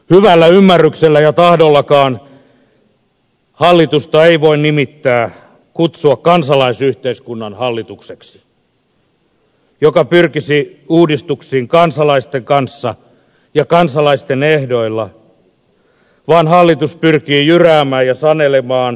hyvällä ymmärryksellä ja tahdollakaan hallitusta ei voi nimittää kutsua kansalaisyhteiskunnan hallitukseksi joka pyrkisi uudistuksiin kansalaisten kanssa ja kansalaisten ehdoilla vaan hallitus pyrkii jyräämään ja sanelemaan ylhäältä käsin